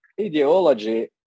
ideology